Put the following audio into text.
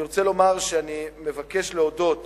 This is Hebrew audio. אני רוצה לומר שאני מבקש להודות